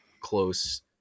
close